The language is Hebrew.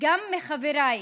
עם חבריי